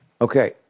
Okay